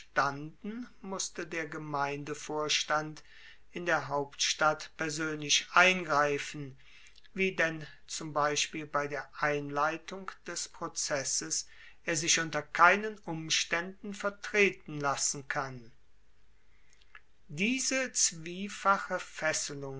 musste der gemeindevorstand in der hauptstadt persoenlich eingreifen wie denn zum beispiel bei der einleitung des prozesses er sich unter keinen umstaenden vertreten lassen kann diese zwiefache fesselung